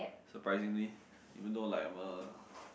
surprisingly even though like I'm a